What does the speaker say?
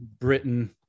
Britain